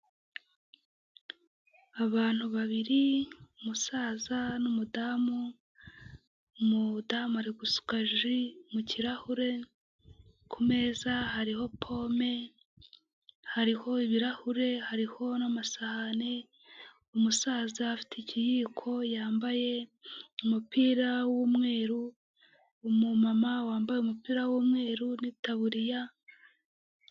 Abantu babiri umusaza n'umudamu umudamu arigusuka ji mu kirahure kumeza hariho pome hariho ibirahure hariho n'amasahani umusaza afite ikiyiko yambaye umupira w'umweru umumama wambaye umupira w'umweru n'itabuririya.